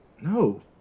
No